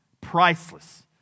priceless